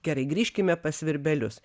gerai grįžkime pas svirbelius